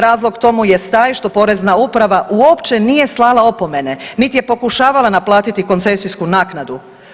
Razlog tomu jest taj što Porezna uprava uopće nije slala opomene, niti je pokušavala naplatiti koncesijsku naknadu.